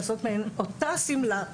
לעשות מהן אותה שמלה,